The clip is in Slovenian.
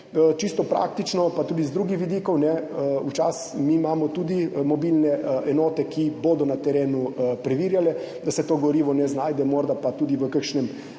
čisto praktično pa tudi z drugih vidikov, saj imamo mobilne enote, ki bodo na terenu preverjale, da se to gorivo ne znajde morda pa tudi v kakšnem